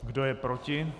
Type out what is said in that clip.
Kdo je proti?